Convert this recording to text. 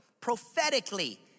prophetically